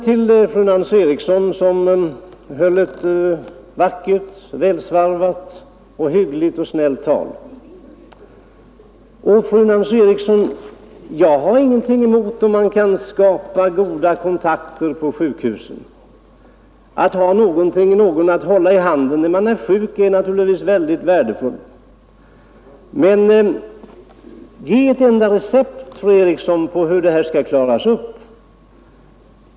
Till fru Nancy Eriksson som höll ett vackert, välsvarvat, hyggligt och snällt tal vill jag säga att jag inte har någonting att invända, om man kan skapa goda kontakter på sjukhusen. Att ha någon att hålla i handen när man är sjuk är naturligtvis mycket värdefullt, men ge ett enda recept, fru Eriksson, på hur det här skall klaras upp.